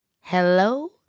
hello